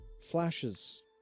Flashes